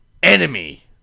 Enemy